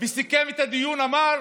וסיכם את הדיון אמר: